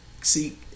See